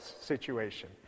situation